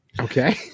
okay